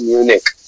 Munich